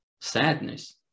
sadness